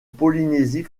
polynésie